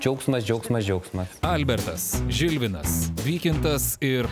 džiaugsmas džiaugsmas džiaugsmas albertas žilvinas vykintas ir